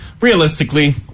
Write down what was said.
Realistically